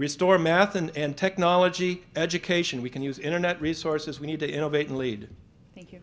restore math and technology education we can use internet resources we need to innovate and lead thank you